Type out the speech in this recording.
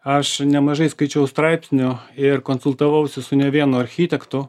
aš nemažai skaičiau straipsnių ir konsultavausi su ne vienu architektu